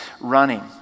running